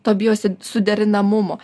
to bijo su suderinamumo